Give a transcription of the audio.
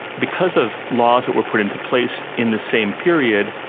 because of laws that were put into place in the same period,